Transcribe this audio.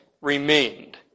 remained